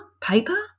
paper